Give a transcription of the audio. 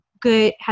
good